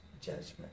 judgment